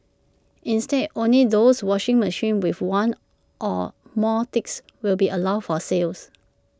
instead only those washing machines with one or more ticks will be allowed for sales